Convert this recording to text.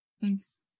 Thanks